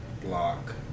Block